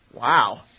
Wow